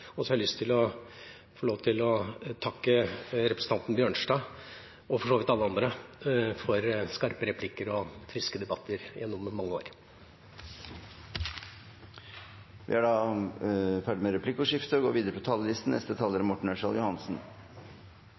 Og så har jeg lyst til å takke representanten Bjørnstad, og for så vidt alle andre, for skarpe replikker og friske debatter gjennom mange år. Replikkordskiftet er